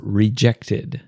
rejected